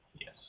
Yes